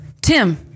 Tim